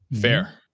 Fair